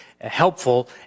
helpful